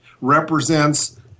represents –